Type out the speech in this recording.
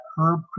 Herb